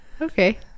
Okay